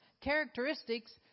characteristics